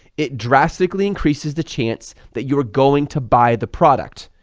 it drastically increases the chance that you're going to buy the product,